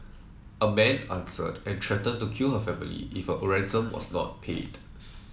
a man answered and threatened to kill her family if a ransom was not paid